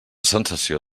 sensació